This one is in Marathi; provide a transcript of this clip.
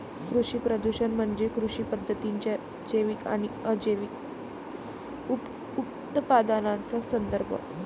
कृषी प्रदूषण म्हणजे कृषी पद्धतींच्या जैविक आणि अजैविक उपउत्पादनांचा संदर्भ